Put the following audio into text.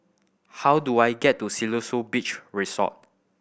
how do I get to Siloso Beach Resort